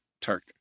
Turk